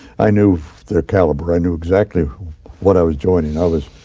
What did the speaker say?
i knew their caliber. i knew exactly what i was joining. ah i was